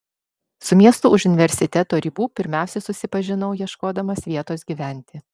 su miestu už universiteto ribų pirmiausia susipažinau ieškodamas vietos gyventi